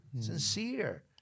Sincere